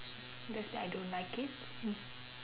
just that I don't like it